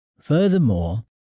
Furthermore